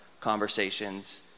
conversations